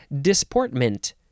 Disportment